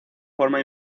forma